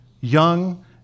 young